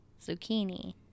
zucchini